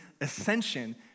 ascension